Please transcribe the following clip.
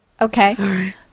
Okay